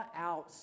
out